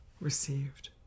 received